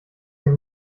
dem